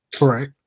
Right